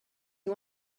you